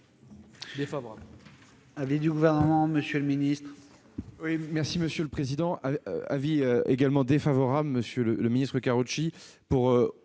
défavorable.